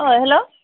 अह hello